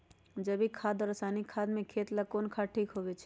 जैविक खाद और रासायनिक खाद में खेत ला कौन खाद ठीक होवैछे?